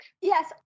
Yes